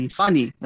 funny